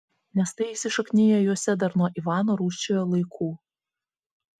nes tai įsišakniję juose dar nuo ivano rūsčiojo laikų